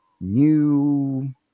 new